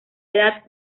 edad